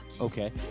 okay